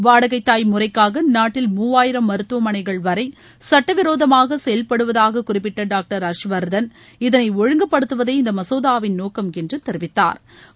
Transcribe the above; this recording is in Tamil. வாடகைதாய் முறைக்காக நாட்டில் மூவாயிரம் மருத்துவமனைகள் வரை சுட்ட விரோதமாக செயல்படுவதாக குறிப்பிட்ட டாக்டர் ஹர்ஷ் வர்தன் இதனை ஒழுங்குபடுத்துவதே இந்த மசோதாவின் நோக்கம் என்று தெரிவித்தாா்